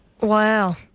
Wow